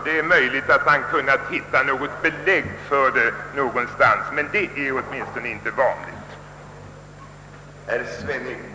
Det är möjligt att han har kunnat hitta belägg någonstans för sitt resonemang, men jag vill klart konstatera att detta tillvägagångssätt inte är vanligt.